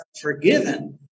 forgiven